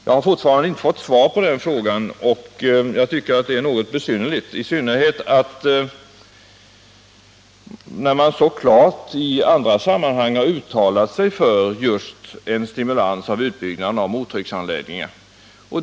Jag har ännu inte fått svar på den frågan, och jag tycker att det är något besynnerligt, särskilt som man i andra sammanhang så klart har uttalat sig för just en stimulans av utbyggnaden av mottrycksanläggningar.